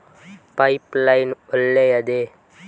Pipe line ಒಳ್ಳೆಯದೇ?